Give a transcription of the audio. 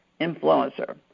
influencer